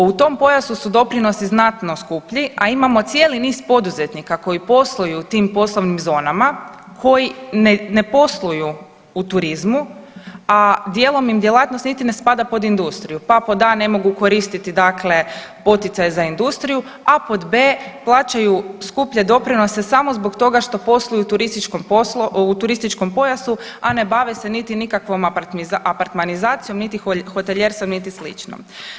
U tom pojasu su doprinosi znatno skuplji, a imamo cijeli niz poduzetnika koji posluju u tim poslovnim zonama, koji ne posluju u turizmu, a dijelom im djelatnost niti ne spada pod industriju, pa pod a) ne mogu koristiti dakle poticaj za industriju, a pod b) plaćaju skuplje doprinose samo zbog toga što posluju u turističkom poslu, u turističkom pojasu, a ne bave se niti nikakvom apartmanizacijom, niti hotelijerstvom, niti slično.